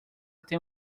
tem